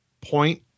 point